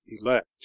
elect